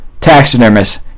Taxidermist